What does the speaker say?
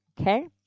okay